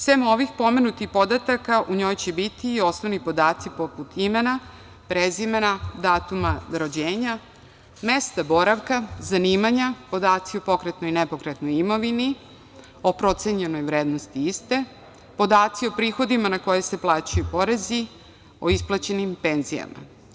Sem ovih pomenutih podataka, u njoj će biti i osnovni podaci, poput imena, prezimena, datuma rođenja, mesta boravka, zanimanja, podaci o pokretnoj i nepokretnoj imovini, o procenjenoj vrednosti iste, podaci o prihodima na koje se plaćaju porezi, o isplaćenim penzijama.